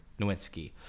Nowinski